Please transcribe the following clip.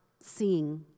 seeing